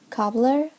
Cobbler